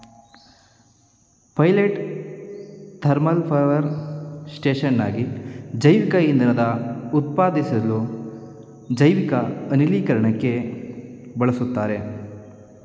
pilot thermal power ಸ್ಟೇಷನ್ಗಾಗಿ ಜೈವಿಕಇಂಧನನ ಉತ್ಪಾದಿಸ್ಲು ಜೈವಿಕ ಅನಿಲೀಕರಣಕ್ಕೆ ಬಳುಸ್ತಾರೆ